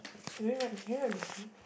don't need to write can you write behind